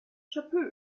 chapeau